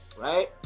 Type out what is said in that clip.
right